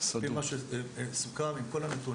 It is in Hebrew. על פי מה שסוכם, עם כל הנתונים.